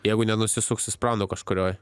jeigu nenusisuksi sprando kažkurioj